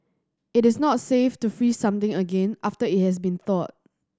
it is not safe to freeze something again after it has been thawed